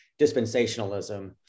dispensationalism